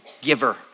giver